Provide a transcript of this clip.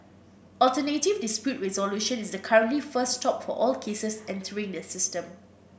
alternative dispute resolution is the currently first stop for all cases entering the system